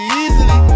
easily